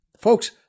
folks